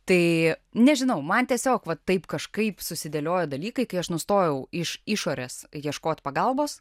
tai nežinau man tiesiog va taip kažkaip susidėliojo dalykai kai aš nustojau iš išorės ieškot pagalbos